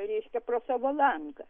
reiškia pro savo langą